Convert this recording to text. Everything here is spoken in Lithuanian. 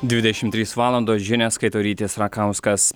dvidešimt trys valandos žinias skaito rytis rakauskas